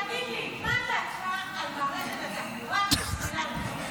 תגיד לי, מה דעתך על מערכת התחבורה בסרי לנקה?